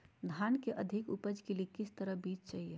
धान की अधिक उपज के लिए किस तरह बीज चाहिए?